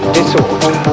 disorder